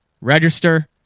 register